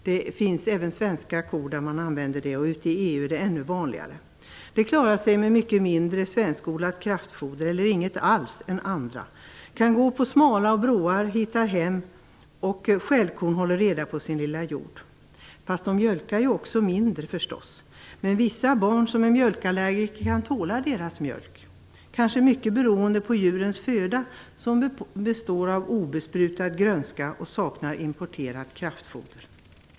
Det finns även svenska kor där man måste använda kedjor, och i EU är det ännu vanligare. Dessa fäbodkor klarar sig med mycket mindre svenskodlat kraftfoder - eller inget alls - än andra kor. De kan gå på smala broar, de hittar hem och skällkon håller reda på sin lilla hjord. Fast de mjölkar ju också mindre förstås. Men vissa barn som är mjölkallergiker kan tåla deras mjölk, kanske mycket beroende på djurens föda som består av obesprutad grönska i stället för importerat kraftfoder.